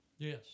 Yes